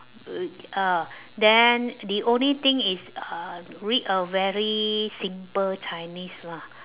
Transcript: uh then the only thing is uh read a very simple chinese lah